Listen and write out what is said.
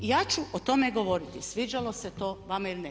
Ja ću o tome govoriti sviđalo se to vama ili ne.